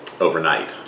overnight